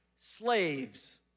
slaves